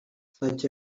such